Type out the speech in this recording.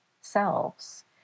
selves